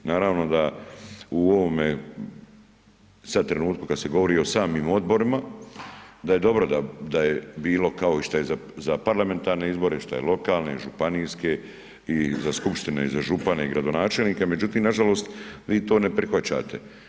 Naravno da u ovome sad trenutku kad se govori o samim odborima, da je dobro da je bilo kao i šta je za parlamentarne izbore, šta je za lokalne, županijske i za skupštine i za župane i gradonačelnik međutim nažalost vi to ne prihvaćate.